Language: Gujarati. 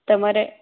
તમારે